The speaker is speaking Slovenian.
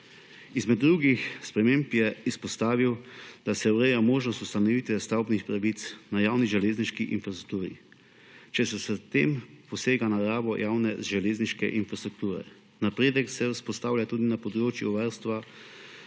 Izmed drugih sprememb je izpostavil, da se ureja možnost ustanovitve stavbnih pravic na javni železniški infrastrukturi, če se s tem posega v naravno javne železniške infrastrukture. Napredek se vzpostavlja tudi na področju varstva